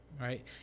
right